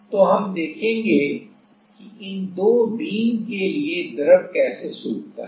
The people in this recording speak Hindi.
तो हम देखेंगे कि इन दो बीम के लिए द्रव कैसे सुखता है